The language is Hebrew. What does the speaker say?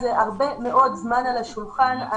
זה הרבה מאוד זמן על השולחן.